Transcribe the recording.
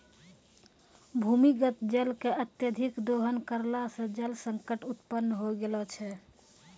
भूमीगत जल के अत्यधिक दोहन करला सें जल संकट उत्पन्न होय गेलो छै